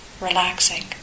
relaxing